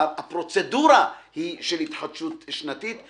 הפרוצדורה היא של התחדשות שנתית,